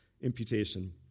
imputation